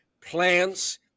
plants